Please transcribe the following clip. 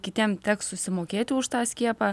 kitiem teks susimokėti už tą skiepą